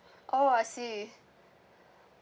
oh I see